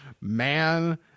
man